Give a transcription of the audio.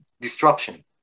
disruption